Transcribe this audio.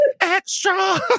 Extra